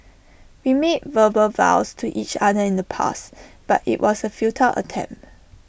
we made verbal vows to each other in the past but IT was A futile attempt